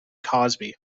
cosby